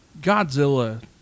Godzilla